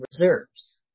Reserves